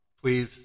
Please